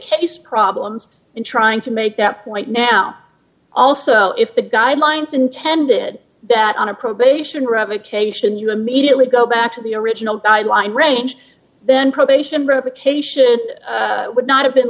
case problems in trying to make that point now also if the guidelines intended that on a probation revocation you immediately go back to the original guideline range then probation revocation would not have been